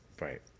Right